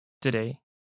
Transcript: today